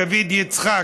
דוד יצחק,